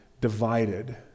divided